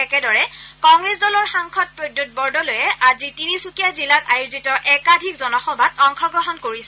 একেদৰে কংগ্ৰেছ দলৰ সাংসদ প্ৰদ্যুৎ বৰদলৈয়ে আজি তিনিচুকীয়া জিলাত আয়োজিত একাধিক জনসভাত অংশগ্ৰহণ কৰিছে